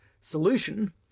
solution